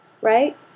right